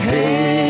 Hey